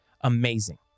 Amazing